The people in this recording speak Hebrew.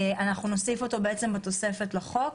נוסיף אותו בתוספת לחוק,